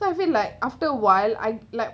so I feel like after a while I like